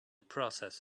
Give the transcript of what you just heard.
process